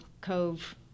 Cove